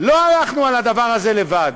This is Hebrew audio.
לא הלכנו על הדבר הזה לבד.